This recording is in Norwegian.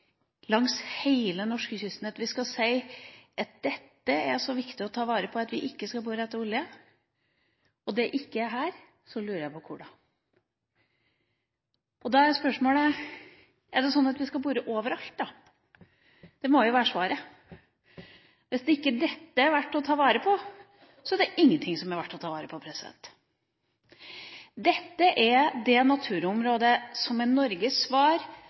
langs hele Norskekysten som vi sier at er så viktig å ta vare på at vi ikke skal lete etter olje – og det ikke er her – så lurer jeg på: Hvor da? Er det slik at vi skal bore overalt? Det må jo være svaret. Hvis ikke dette er verdt å ta vare på, er det ingenting som er verdt å ta vare på. Dette er det naturområdet som er Norges svar